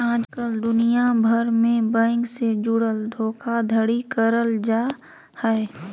आजकल दुनिया भर मे बैंक से जुड़ल धोखाधड़ी करल जा हय